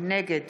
נגד